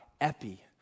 epi